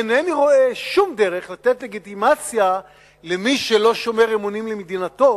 אינני רואה שום דרך לתת לגיטימציה למי שלא שומר אמונים למדינתו